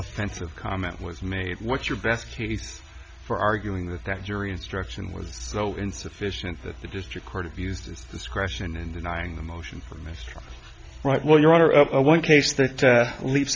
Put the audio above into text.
offensive comment was made what's your best piece for arguing that that jury instruction was so insufficient that the district court of used his discretion in denying the motion for mr right well your honor of one case that leaves